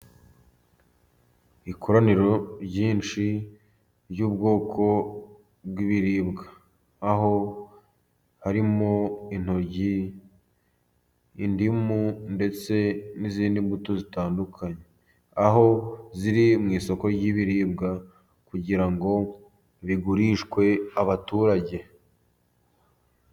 Ikoraniro ryinshi ry'ubwoko bw'ibiribwa. Aho harimo intoryi, indimu, ndetse n'izindi mbuto zitandukanye. Aho ziri mu isoko ry'ibiribwa, kugira ngo bigurishwe abaturage.